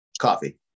Coffee